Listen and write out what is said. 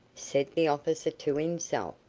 said the officer, to himself.